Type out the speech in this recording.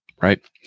right